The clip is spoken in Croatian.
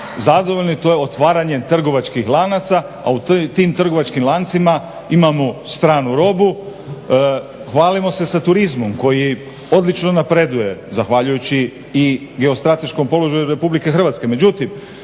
zadovoljni to je otvaranje trgovačkih lanaca, a u tim trgovačkim lancima imamo stranu robu. Hvalimo se sa turizmom koji odlično napreduje zahvaljujući i geostrateškom položaju Republike Hrvatske.